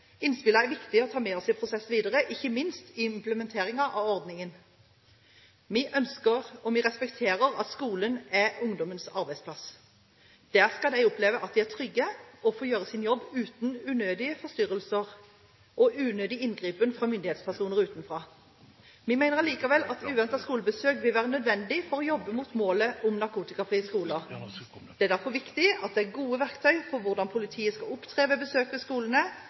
er viktige å ta med seg i prosessen videre, ikke minst ved implementeringen av ordningen. Vi ønsker og respekterer at skolen er ungdommens arbeidsplass. Der skal de oppleve at de er trygge, og at de får gjøre sin jobb uten unødige forstyrrelser og unødig inngripen fra myndighetspersoner utenfra. Vi mener allikevel at uventede skolebesøk vil være nødvendig for å jobbe mot målet om narkotikafrie skoler. Det er derfor viktig at det er gode verktøy for hvordan politiet skal opptre ved besøk på skolene,